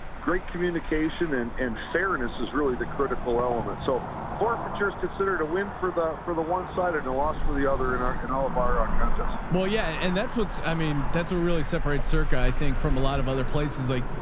great communication and and fairness is really the critical element. so forfeitures considered a win for the, for the one side and a loss for the other, in our, in all of our ah kind of that's yeah and what's i mean, that's what really separates circa, i think from a lot of other places like,